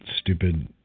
stupid